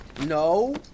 No